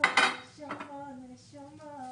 תצביעו בעד קבלת הרוויזיה ונפתח את הדיון.